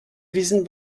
wissen